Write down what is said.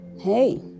hey